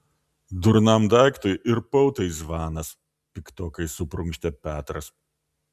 durnam daiktui ir pautai zvanas piktokai suprunkštė petras